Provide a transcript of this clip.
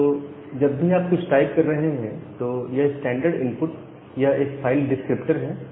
तो आप जब भी कुछ टाइप कर रहे हैं तो यह स्टैंडर्ड इनपुट यह एक फाइल डिस्क्रिप्टर है